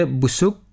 busuk